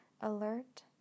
alert